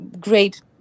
great